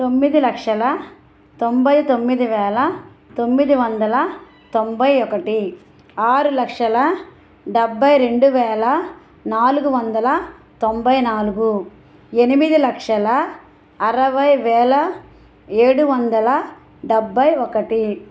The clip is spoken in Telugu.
తొమ్మిది లక్షల తొంబై తొమ్మిది వేల తొమ్మిది వందల తొంబై ఒకటి ఆరు లక్షల డెబ్భై రెండు వేల నాలుగు వందల తొంబై నాలుగు ఎనిమిది లక్షల అరవై వేల ఏడు వందల డెబ్భై ఒకటి